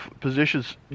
positions